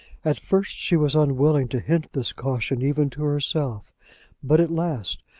at first she was unwilling to hint this caution even to herself but at last,